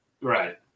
Right